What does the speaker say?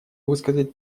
высказать